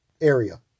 area